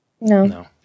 No